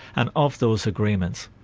and of those agreements,